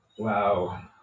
Wow